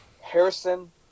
Harrison